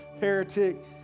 heretic